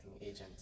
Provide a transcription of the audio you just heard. agent